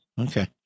Okay